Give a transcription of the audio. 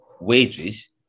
wages